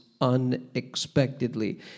unexpectedly